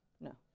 No